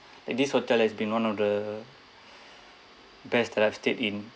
like this hotel has been one of the best that I've stayed in